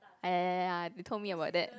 ah ya ya ya ya you told me about that